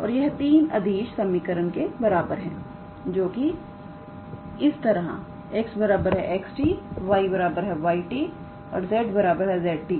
और यह 3 अदिश समीकरण के बराबर है जोकि कुछ इस तरह 𝑥 𝑥𝑡 𝑦 𝑦𝑡 और 𝑧 𝑧𝑡